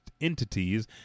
entities